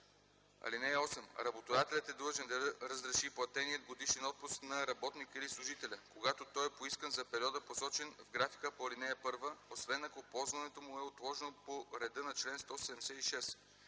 му. (8) Работодателят е длъжен да разреши платения годишен отпуск на работника или служителя, когато той е поискан за периода, посочен в графика по ал. 1, освен ако ползването му е отложено по реда на чл. 176.